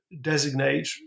designate